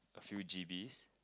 few G Bs